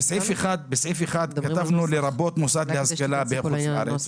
בסעיף 1 כתבנו "לרבות מוסד להשכלה בחוץ לארץ",